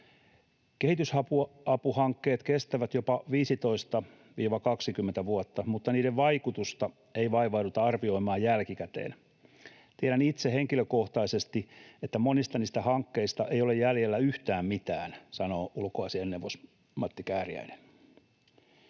”Kehitysapuhankkeet kestävät jopa 15—20 vuotta, mutta niiden vaikutusta ei vaivauduta arvioimaan jälkikäteen. ’Tiedän itse henkilökohtaisesti, että monista niistä hankkeista ei ole jäljellä yhtään mitään’, sanoo ulkoasiainneuvos Matti Kääriäinen.”